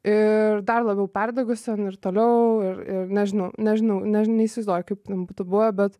ir dar labiau perdegus ten ir toliau ir ir nežinau nežinau neįsivaizduoju kaip nebūtų buvę bet